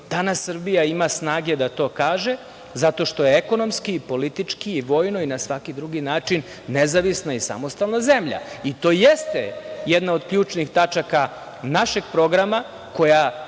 Danas Srbija ima snage da to kaže zato što je ekonomski i politički i vojno i na svaki drugi način nezavisna i samostalna zemlja i to jeste jedna od ključnih tačaka našeg programa koja